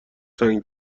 تنگ